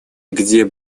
где